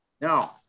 Now